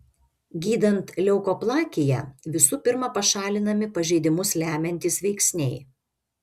gydant leukoplakiją visų pirma pašalinami pažeidimus lemiantys veiksniai